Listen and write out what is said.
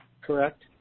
Correct